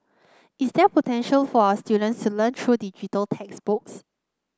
is there potential for our students to learn through digital textbooks